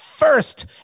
first